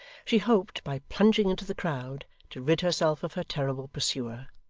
she hoped, by plunging into the crowd, to rid herself of her terrible pursuer,